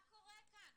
מה קורה כאן?